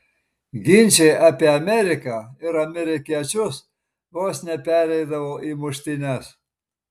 ginčai apie ameriką ir amerikiečius vos nepereidavo į muštynes